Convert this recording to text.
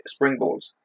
springboards